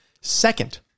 Second